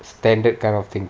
standard kind of thing